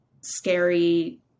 scary